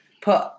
put